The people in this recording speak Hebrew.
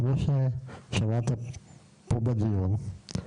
כמו ששמעת פה בדיון,